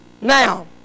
Now